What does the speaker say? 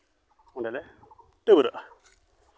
ᱚᱸᱰᱮ ᱞᱮ ᱰᱟᱹᱵᱽᱨᱟᱹᱜᱼᱟ